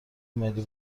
ملی